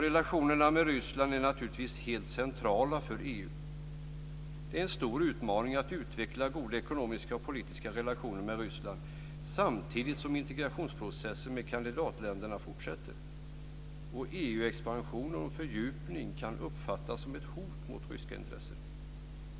Relationerna med Ryssland är naturligtvis centrala för EU. Det är en stor utmaning att utveckla goda ekonomiska och politiska relationer med Ryssland, samtidigt som integrationsprocessen med kandidatländerna fortsätter. EU-expansion och fördjupning kan uppfattas som ett hot mot ryska intressen.